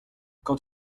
quant